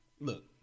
look